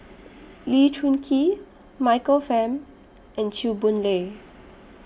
Lee Choon Kee Michael Fam and Chew Boon Lay